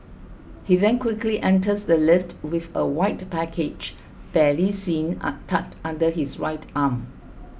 he then quickly enters the lift with a white package barely seen are tucked under his right arm